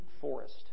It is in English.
Forest